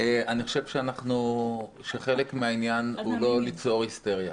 אני חושב שחלק מהעניין הוא לא ליצור היסטריה.